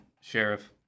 Sheriff